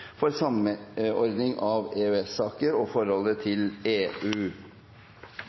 for samordning av EØS-saker og forholdet til EU